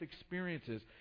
experiences